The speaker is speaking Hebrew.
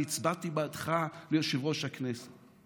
אני הצבעתי בעדך ליושב-ראש הכנסת.